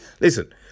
listen